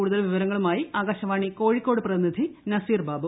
കൂടുതൽ വിവരങ്ങളുമായി ആകാശവാണി കോഴിക്കോട് പ്രതിനിധി നസീർബാബു